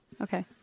Okay